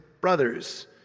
brothers